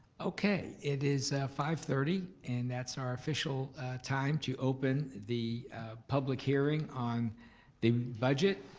okay, it is five thirty and that's our official time to open the public hearing on the budget.